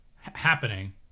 happening